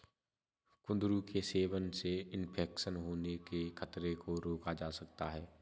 कुंदरू के सेवन से इन्फेक्शन होने के खतरे को रोका जा सकता है